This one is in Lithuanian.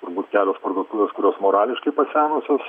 turbūt kelios parduotuvės kurios morališkai pasenusios